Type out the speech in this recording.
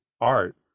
art